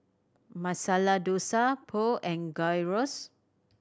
Masala Dosa Pho and Gyros